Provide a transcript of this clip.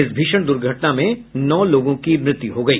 इस भीषण द्र्घटना में नौ लोगों की मृत्यू हो गई